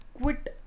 quit